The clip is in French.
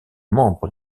membre